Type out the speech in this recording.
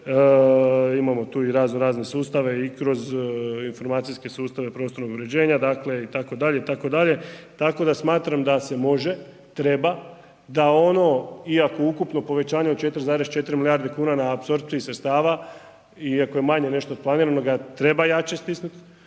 imamo tu i raznorazne sustave i kroz informacijske sustave prostornog uređenja, dakle itd., itd., tako da smatram da se može, treba, da ono iako ukupno povećanje od 4,4 milijarde kuna na apsorpciji sredstava iako je manje nešto od planiranoga, treba jače stisnuti,